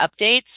updates